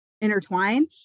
intertwine